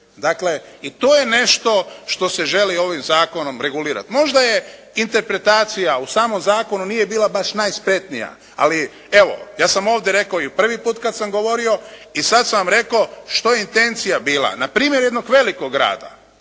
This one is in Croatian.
Dakle, i to je nešto što se želi ovim zakonom regulirati. Možda je interpretacija u samom zakonu nije bila baš najspretnija ali evo, ja sam ovdje rekao i prvi put kada sam govorio i sada sam vam rekao što je itencija bila. Na primjeru jednog velikog grada